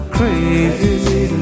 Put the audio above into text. crazy